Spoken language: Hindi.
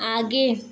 आगे